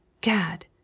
Gad